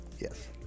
Yes